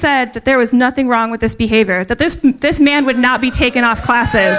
said that there was nothing wrong with this behavior that this this man would not be taken off classes